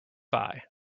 buy